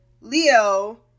Leo